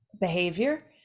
behavior